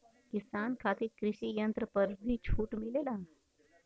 किसान खातिर कृषि यंत्र पर भी छूट मिलेला?